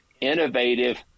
innovative